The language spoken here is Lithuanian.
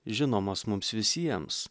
žinomas mums visiems